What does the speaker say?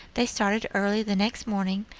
they started early the next morning,